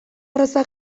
arraza